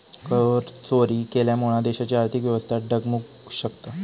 करचोरी केल्यामुळा देशाची आर्थिक व्यवस्था डगमगु शकता